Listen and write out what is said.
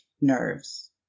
nerves